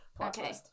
Okay